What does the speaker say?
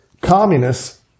communists